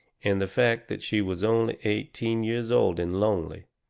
and the fact that she was only eighteen years old and lonely,